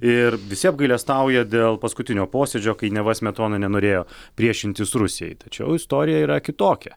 ir visi apgailestauja dėl paskutinio posėdžio kai neva smetona nenorėjo priešintis rusijai tačiau istorija yra kitokia